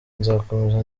nzakomeza